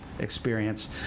experience